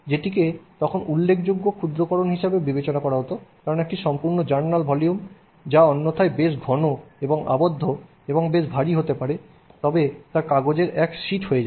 যেটিকে তখন উল্লেখযোগ্য ক্ষুদ্রাকরণ হিসাবে বিবেচনা করা হত কারণ একটি সম্পূর্ণ জার্নাল ভলিউম যা অন্যথায় বেশ ঘন এবং আবদ্ধ এবং বেশ ভারী হতে পারে তবে তা কাগজের এক শীট হয়ে যাবে